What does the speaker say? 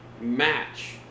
match